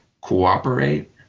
cooperate